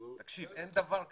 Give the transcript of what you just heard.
תקשיב, אין דבר כזה.